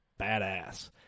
badass